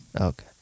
Okay